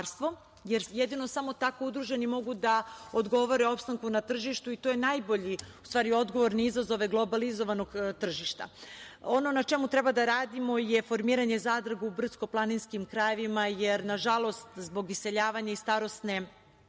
jer jedino samo tako udruženi mogu da odgovore opstanku na tržištu i to je najbolji, u stvari, odgovor na izazove globalizovanog tržišta. Ono na čemu treba da radimo je formiranje zadruge u brdsko-planinskim krajevima, jer nažalost, zbog iseljavanja i starosne